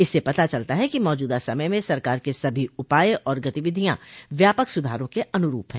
इससे पता चलता है कि मौजूदा समय में सरकार के सभी उपाय और गतिविधियां व्यापक सुधारों के अनुरूप हैं